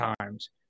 times